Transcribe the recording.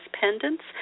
pendants